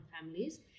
families